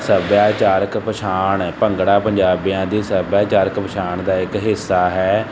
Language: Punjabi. ਸੱਭਿਆਚਾਰਕ ਪਛਾਣ ਭੰਗੜਾ ਪੰਜਾਬੀਆਂ ਦੀ ਸੱਭਿਆਚਾਰਕ ਪਛਾਣ ਦਾ ਇੱਕ ਹਿੱਸਾ ਹੈ